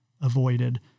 avoided